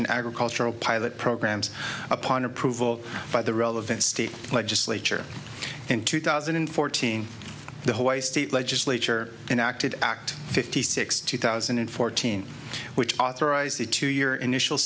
in agricultural pilot programs upon approval by the relevant state legislature in two thousand and fourteen the hawaii state legislature and acted act fifty six two thousand and fourteen which authorized the two year initial